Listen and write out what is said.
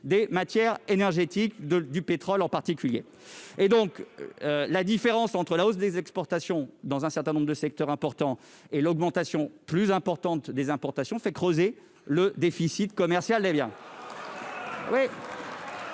des matières énergétiques, en particulier du pétrole. Ainsi, la différence entre la hausse des exportations, dans un certain nombre de secteurs importants, et l'augmentation plus importante des importations creuse le déficit commercial des biens.